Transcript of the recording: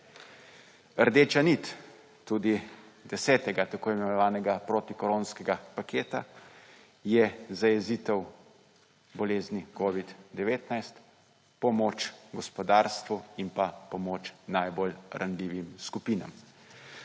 Rdeča nit tudi 10. t.i. protikoronskega paketa je zajezitev bolezni COVID-19, pomoč gospodarstvu in pa pomoč najbolj ranljivim skupinam.